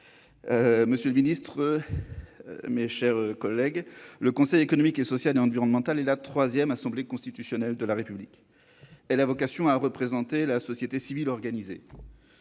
lois au cours de ces dernières années. Le Conseil économique, social et environnemental est la troisième assemblée constitutionnelle de la République. Il a vocation à représenter la société civile organisée.